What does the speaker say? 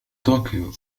طوكيو